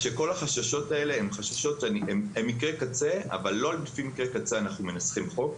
החששות האלה הם מקרי קצה; לא על פי מקרי קצה אנחנו מנסחים חוק,